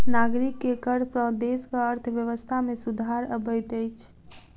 नागरिक के कर सॅ देसक अर्थव्यवस्था में सुधार अबैत अछि